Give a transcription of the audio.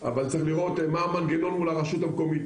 אבל צריך לראות מה המנגנון מול הרשות המקומית,